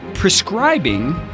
prescribing